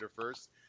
first